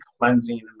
cleansing